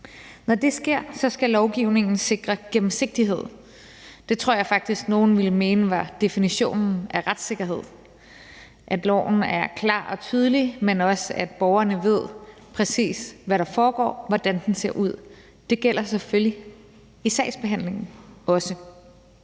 Når det sker, skal lovgivningen sikre gennemsigtighed. Det tror jeg faktisk nogle ville mene var definitionen på retssikkerhed, altså at loven er klar og tydelig, men også at borgerne ved, præcis hvad der foregår, og hvordan den ser ud. Det gælder selvfølgelig også i forbindelse